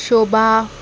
शोबा